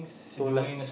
so like